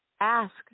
ask